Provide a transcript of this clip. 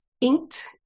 inked